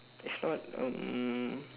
if not um